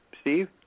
Steve